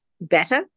better